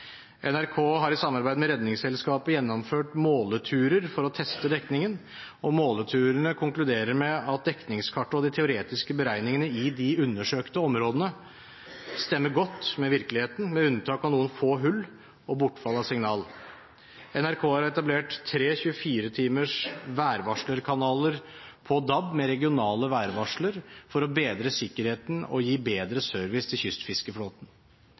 NRK har i samarbeid med Redningsselskapet gjennomført måleturer for å teste dekningen, og måleturene konkluderer med at dekningskartet og de teoretiske beregningene i de undersøkte områdene stemmer godt med virkeligheten med unntak av noen få hull og bortfall av signal. NRK har etablert tre 24-timers værvarslerkanaler på DAB med regionale værvarsler for å bedre sikkerheten og å gi bedre service til kystfiskeflåten.